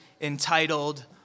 entitled